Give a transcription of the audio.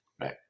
right